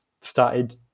started